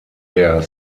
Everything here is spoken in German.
der